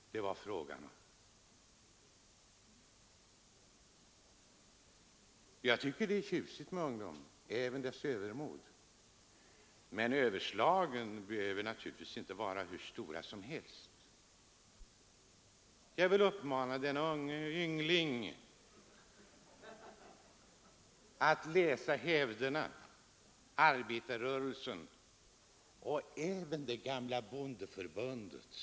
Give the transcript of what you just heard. Jag tycker som sagt det är tjusigt med ungdom, och jag tilltalas även av dess övermod. Men överslagen får kanske inte vara hur stora som helst. Jag vill uppmana denne yngling att i hävderna läsa om arbetarrörelsen och om det gamla bondeförbundet.